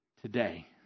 Today